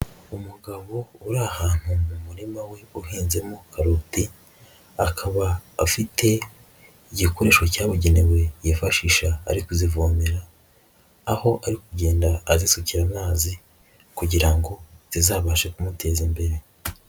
Umugabo uri ahantu mu murima we uhinnzemo karoti, akaba afite igikoresho cyabugenewe yifashisha ari kuzivomera, aho ari kugenda azisukira amazi kugira ngo zizabashe kumuteza imbere.